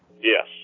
Yes